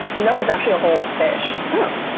no, it's actually a whole fish. oh.